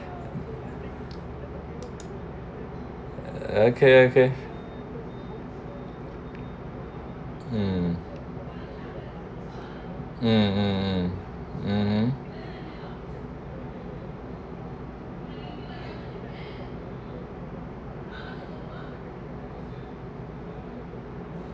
okay okay um um um um mmhmm